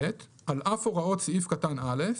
על אף הוראות סעיף קטן (א)